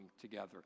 together